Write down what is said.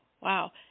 wow